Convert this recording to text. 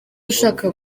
ushaka